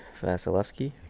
Vasilevsky